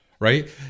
Right